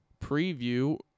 preview